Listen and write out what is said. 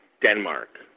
Denmark